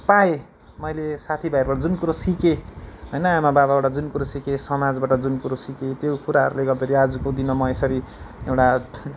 पाएँ मैले साथी भाइहरूबाट जुन कुरा सिकेँ होइन आमा बाबाबाट जुन कुरो सिकेँ समाजबाट जुन कुरो सिकेँ त्यो कुराहरूले गर्दाखेरि आजको दिनमा म यसरी एउटा